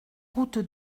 route